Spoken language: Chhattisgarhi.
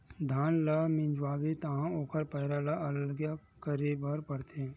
धान ल मिंजवाबे तहाँ ओखर पैरा ल अलग करे बर परथे